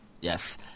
Yes